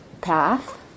path